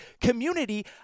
community